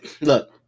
look